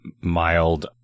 mild